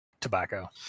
tobacco